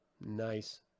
nice